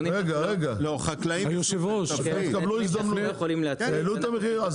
העלו את המחיר?